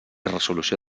resolució